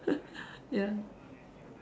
ya